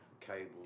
cable